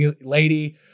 lady